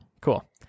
Cool